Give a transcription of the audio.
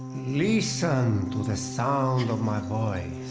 listen to the sound of my voice